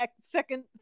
second